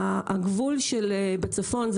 הגבול בצפון,